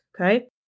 okay